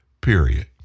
period